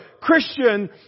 Christian